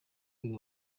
uyu